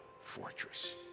fortress